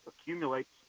accumulates